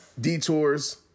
Detours